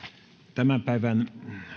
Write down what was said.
tämän päivän